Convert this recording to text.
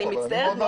אני מצטערת,